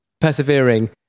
persevering